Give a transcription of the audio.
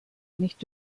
nicht